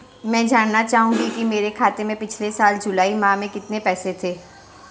मैं जानना चाहूंगा कि मेरे खाते में पिछले साल जुलाई माह में कितने पैसे थे?